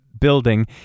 building